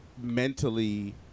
mentally